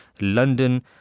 London